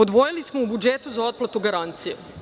Odvojili smo u budžetu za otplatu garancija.